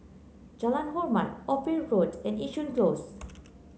Jalan Hormat Ophir Road and Yishun Close